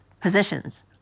positions